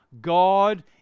God